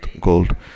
gold